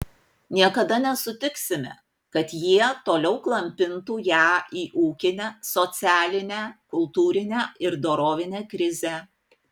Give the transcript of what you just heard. niekada nesutiksime kad jie toliau klampintų ją į ūkinę socialinę kultūrinę ir dorovinę krizę